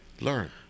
learn